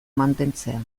mantentzea